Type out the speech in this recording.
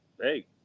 hey